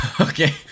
okay